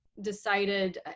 decided